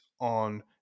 on